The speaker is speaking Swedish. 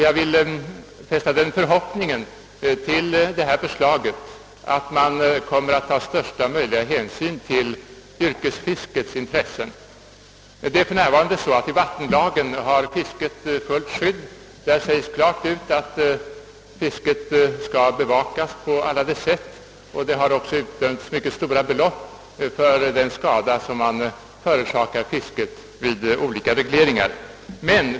Jag vill fästa den förhoppningen till detta förslag, att största möjliga hänsyn till yrkesfiskets intressen kommer att tagas. Det är för närvarande så, att fisket har fullt skydd i vattenlagen i avseende på vattenkraftutbyggnader. Där sägs klart ut att fisket skall bevakas på alla sätt. Det har också utdömts mycket stora belopp i ersättning för de skador som förorsakats fisket i samband med olika regleringar.